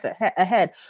ahead